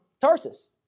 Tarsus